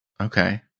Okay